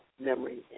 memory